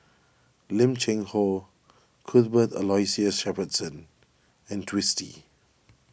Lim Cheng Hoe Cuthbert Aloysius Shepherdson and Twisstii